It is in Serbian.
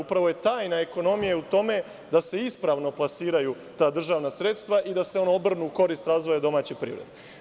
Upravo je tajna ekonomije u tome da se ispravno plasiraju ta državna sredstva i da se ona obrnu u korist razvoja domaće privrede.